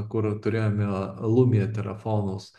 kur turėjome lumia telefonus